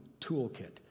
toolkit